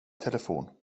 telefon